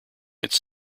its